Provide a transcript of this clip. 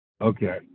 Okay